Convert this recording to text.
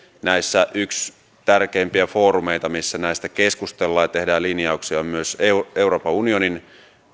näissä yksi tärkeimpiä foorumeita missä näistä keskustellaan ja tehdään linjauksia on euroopan unionin